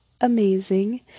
amazing